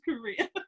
Korea